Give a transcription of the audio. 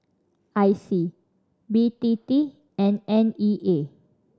I C B T T and N E A